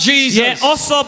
Jesus